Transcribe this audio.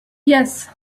yes